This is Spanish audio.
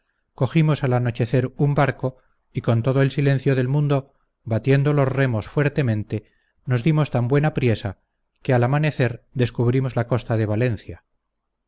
cogimos al anochecer un barco y con todo el silencio del mundo batiendo los remos fuertemente nos dimos tan buena priesa que al amanecer descubrimos la costa de valencia